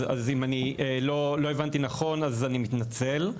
אז אם לא הבנתי נכון אז אני מתנצל.